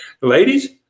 ladies